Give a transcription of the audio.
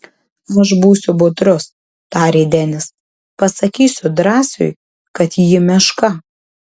aš būsiu budrus tarė denis pasakysiu drąsiui kad ji meška